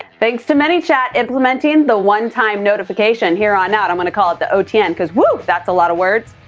thanks to manychat implementing the one-time notification, here on out i'm gonna call it the otn, cause woo! that's a lot of words.